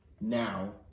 now